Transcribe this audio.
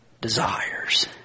desires